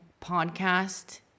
podcast